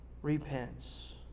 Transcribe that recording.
Repents